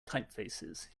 typefaces